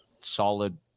solid